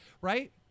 right